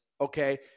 okay